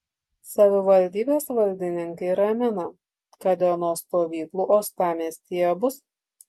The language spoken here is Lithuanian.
savivaldybės valdininkai ramina kad dienos stovyklų uostamiestyje bus